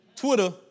Twitter